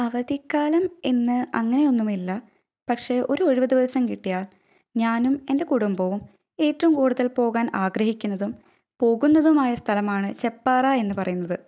അവധിക്കാലം എന്ന് അങ്ങനെയൊന്നുമില്ല പക്ഷെ ഒരു ഒഴിവുദിവസം കിട്ടിയാല് ഞാനും എന്റെ കുടുംബവും ഏറ്റവും കൂടുതല് പോകാന് ആഗ്രഹിക്കുന്നതും പോകുന്നതുമായ സ്ഥലമാണ് ചെപ്പാറയെന്നു പറയുന്നത്